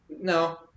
no